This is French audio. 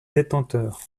détenteur